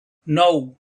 nou